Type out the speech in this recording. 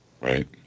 right